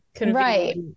Right